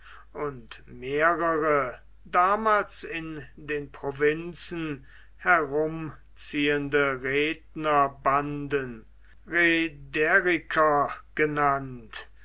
und mehrere damals in den provinzen herumziehende rednerbanden rederyker genannt